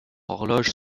horloges